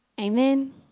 Amen